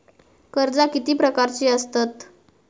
कर्जा किती प्रकारची आसतत